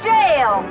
Jail